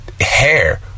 hair